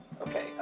Okay